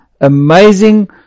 amazing